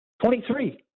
Twenty-three